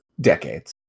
decades